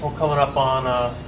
we're coming up on